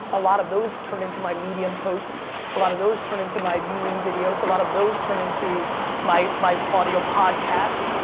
a lot of those turn into my medium posts. a lot of those turn into my meme i mean videos. a lot of those turn into my my audio podcast.